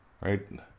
right